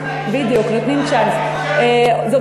באמת, נותנים צ'אנס, נותנים צ'אנס.